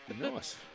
Nice